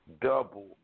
Double